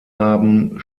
haben